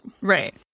right